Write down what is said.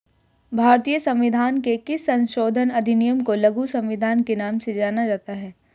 भारतीय संविधान के किस संशोधन अधिनियम को लघु संविधान के नाम से जाना जाता है?